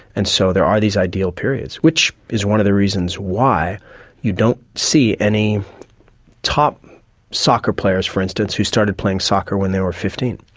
and so there are these ideal periods which is one of the reasons why you don't see any top soccer players for instance who started playing soccer when they were fifteen,